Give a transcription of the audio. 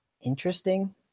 interesting